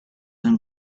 him